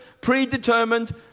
predetermined